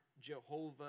Jehovah